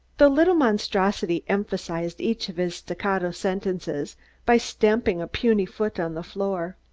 the little monstrosity emphasized each of his staccato sentences by stamping a puny foot on the floor.